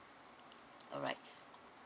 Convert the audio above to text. alright